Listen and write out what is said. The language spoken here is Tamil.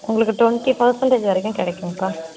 உங்களுக்கு டுவெண்ட்டி பெர்ஸன்டேஜ் வரைக்கும் கிடைக்கும்ப்பா